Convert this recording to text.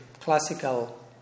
classical